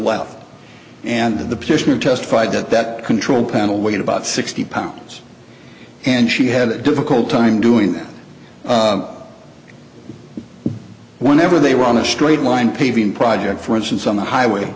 left and in the position of testified that that control panel weighed about sixty pounds and she had a difficult time doing that whenever they were on a straight line paving project for instance on the highway